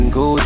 go